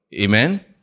Amen